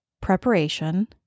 preparation